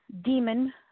demon